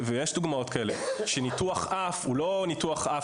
ויש דוגמאות כאלה שניתוח אף הוא לא ניתוח אף